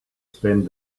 spend